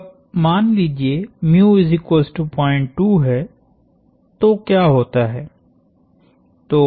अब मान लीजिए है तो क्या होता है